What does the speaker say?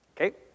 Okay